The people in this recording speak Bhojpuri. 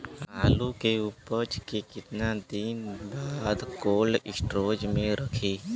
आलू के उपज के कितना दिन बाद कोल्ड स्टोरेज मे रखी?